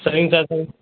சரிங்க சார் சரி